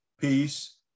peace